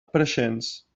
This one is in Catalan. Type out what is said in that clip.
preixens